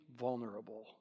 vulnerable